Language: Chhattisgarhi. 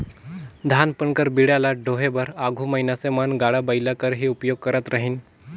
धान पान कर बीड़ा ल डोहे बर आघु मइनसे मन गाड़ा बइला कर ही उपियोग करत रहिन